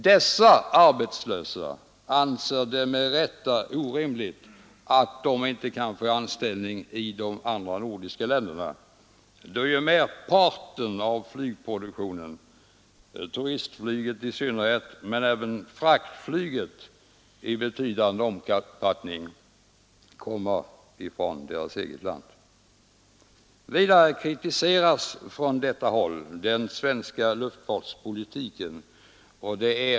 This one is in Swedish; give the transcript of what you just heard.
Dessa arbetslösa anser det med rätta orimligt att de inte kan få anställning i de andra nordiska länderna, då ju merparten av flygproduktionen — turistflyg i synnerhet men även fraktflyg i betydande omfattning — kommer från deras eget land. Vidare kritiseras från detta håll den svenska luftfartspolitiken.